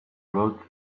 rode